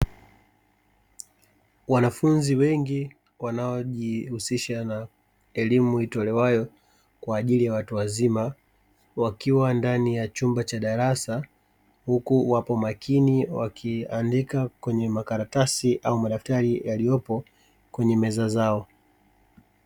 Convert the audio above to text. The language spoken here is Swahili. Wanafunzi wengi wanaojihusisha na elimu itolewayo kwa ajili ya watu wazima wakiwa ndani ya chumba cha darasa, huku wapo makini wakiandika kwenye makaratasi au madaftari yaliopo kwenye meza zao.